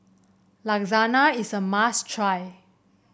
lasagna is a must try